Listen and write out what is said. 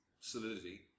solidity